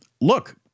Look